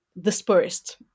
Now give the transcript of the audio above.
dispersed